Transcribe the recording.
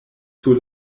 sur